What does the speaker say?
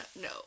No